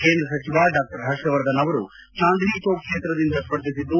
ಕೇಂದ್ರ ಸಚಿವ ಡಾ ಹರ್ಷವರ್ಧನ್ ಅವರು ಚಾಂದಿನಿ ಚೌಕ್ ಕ್ಷೇತ್ರದಿಂದ ಸ್ಪರ್ಧಿಸಿದ್ದು